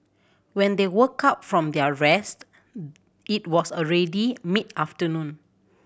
when they woke up from their rest it was already mid afternoon